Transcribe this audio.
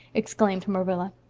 exclaimed marilla.